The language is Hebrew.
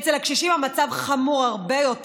אצל הקשישים המצב חמור הרבה יותר.